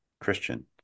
Christian